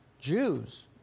Jews